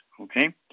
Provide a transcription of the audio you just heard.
Okay